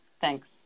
Thanks